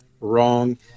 Wrong